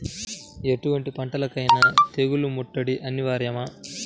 ఎటువంటి పంటలకైన తెగులు ముట్టడి అనివార్యమా?